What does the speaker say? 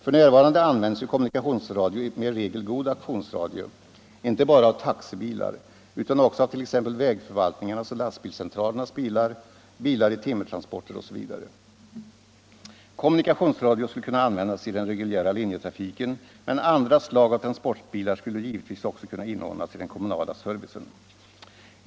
F. n. används ju kommunikationsradio med i regel god aktionsradie inte bara av taxibilar utan också av vägförvaltningarnas och lastbilscentralernas bilar, bilar i timmertransporter osv. Kommunikationsradio skulle kunna användas i den reguljära linjetrafiken med bil, men andra slag av transportbilar skulle givetvis också kunna inordnas i den kommunala servicen.